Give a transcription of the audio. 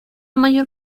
mayor